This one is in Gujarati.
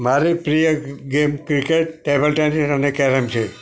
મારી પ્રિય ગેમ ક્રિકેટ ટેબલ ટેનિસ અને કેરમ છે